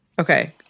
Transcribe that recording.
Okay